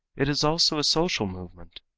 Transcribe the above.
it is also a social movement.